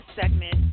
segment